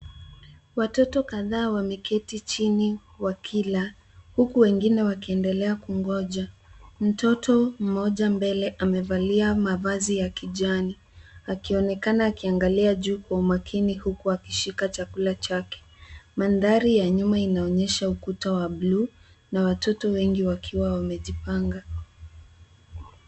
Watoto kadhaa wameketi chini wakila, huku wengine wakiendelea kungoja. Mtoto mmoja mbele amevalia mavazi ya kijani akionekana akiangalia juu kwa umakini huku akishika chakula chake. Mandhari ya nyuma inaonyesha ukuta wa blue na watoto wengi wakiwa wamejipanga.